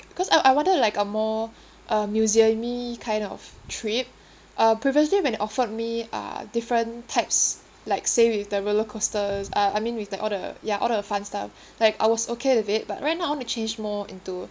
cause I I wanted like a more uh museum-y kind of trip uh previously when they offered me uh different types like say with the roller coasters uh I mean with the all the ya all the fun stuff like I was okay with it but right now I want to change more into